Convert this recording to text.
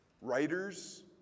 writers